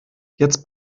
jetzt